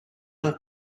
not